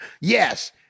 Yes